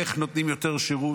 איך נותנים יותר שירות.